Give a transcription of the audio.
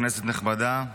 כנסת נכבדה,